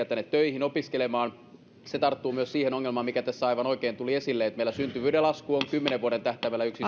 tänne töihin opiskelemaan se tarttuu myös siihen ongelmaan mikä tässä aivan oikein tuli esille että meillä syntyvyyden lasku on kymmenen vuoden tähtäimellä yksi